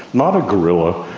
not a gorilla,